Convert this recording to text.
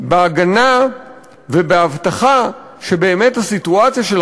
בהגנה ובהבטחה שבאמת הסיטואציה של